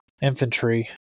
infantry